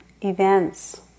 events